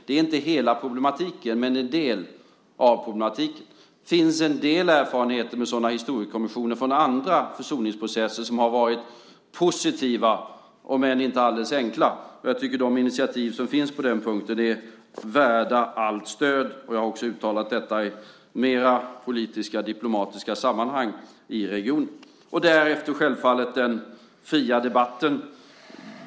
Det är inte hela problematiken men det är en del av problematiken. Det finns en del erfarenheter av sådana historiekommissioner från andra försoningsprocesser, som har varit positiva om än inte alldeles enkla. Jag tycker att de initiativ som finns på den punkten är värda allt stöd, och jag har också uttalat detta i mer politiska, diplomatiska sammanhang i regionen. Därefter gäller det självfallet den fria debatten.